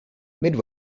mid